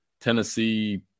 Tennessee